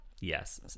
Yes